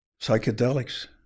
psychedelics